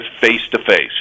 face-to-face